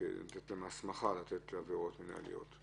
שזה הסמכה לתת להם עבירות מינהליות.